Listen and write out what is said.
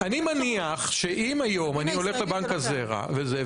אני מניח שאם היום אני הולך לבנק הזרע וזה,